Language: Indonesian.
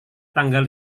tanggal